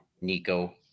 Nico